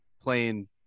Playing